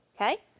okay